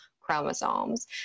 chromosomes